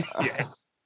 Yes